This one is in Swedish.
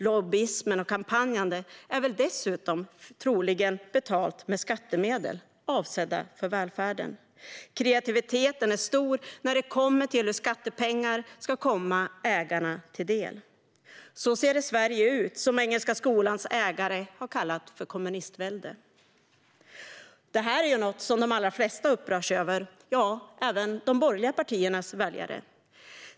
Lobbyismen och kampanjandet betalas väl dessutom troligen med skattemedel avsedda för välfärden. Kreativiteten är stor när det handlar om hur skattepengar ska komma ägarna till del. Så ser det Sverige ut som Engelska Skolans ägare har kallat för kommunistvälde. Detta är något som de allra flesta upprörs över, även de borgerliga partiernas väljare.